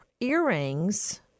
earrings